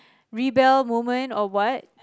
rebel moment or what